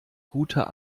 guter